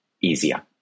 easier